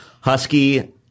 Husky –